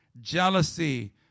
jealousy